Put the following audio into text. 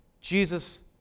Jesus